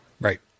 right